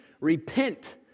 repent